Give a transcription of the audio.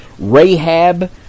Rahab